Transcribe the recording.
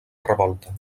revolta